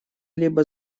либо